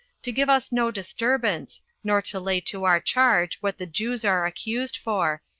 to give us no disturbance, nor to lay to our charge what the jews are accused for,